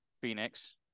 Phoenix